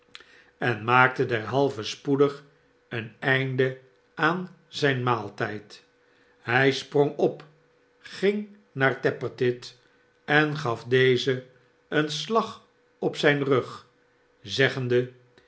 en maakte derhalve spoedig een einde aan zijn maaltijd hij sprong op ging naar tappertit en gaf dezen een slag op zijn rug zeggende